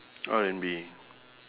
R&B